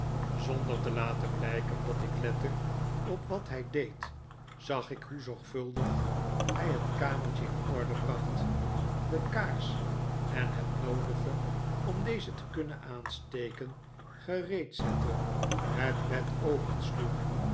zonder te laten blijken dat ik lette op wat hij deed zag ik hoe zorgvuldig hij het kamertje in orde bracht de kaars en het noodige om deze te kunnen aansteken gereed zette het bed opensloeg